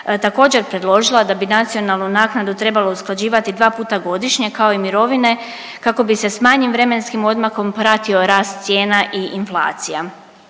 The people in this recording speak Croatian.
također predložila da bi nacionalnu naknadu trebalo usklađivati dva puta godišnje, kao i mirovine kako bi se s manjim vremenskim odmakom pratio rast cijena i inflacija.